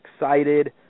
excited